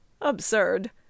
Absurd